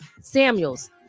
Samuels